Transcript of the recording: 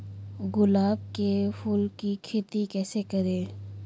गुलाब के फूल की खेती कैसे करें?